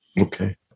Okay